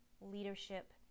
leadership